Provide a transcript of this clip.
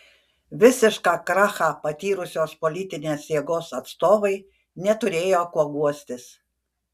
visišką krachą patyrusios politinės jėgos atstovai neturėjo kuo guostis